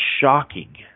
shocking